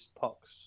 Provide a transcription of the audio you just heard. pox